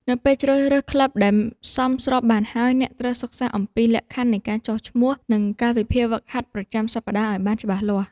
នៅពេលជ្រើសរើសក្លឹបដែលសមស្របបានហើយ អ្នកត្រូវសិក្សាអំពីលក្ខខណ្ឌនៃការចុះឈ្មោះ និងកាលវិភាគហ្វឹកហាត់ប្រចាំសប្តាហ៍ឱ្យបានច្បាស់លាស់។